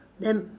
then